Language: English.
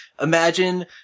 imagine